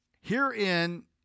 herein